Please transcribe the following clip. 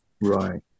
Right